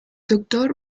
doctor